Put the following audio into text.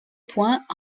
point